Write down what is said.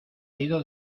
ido